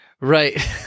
Right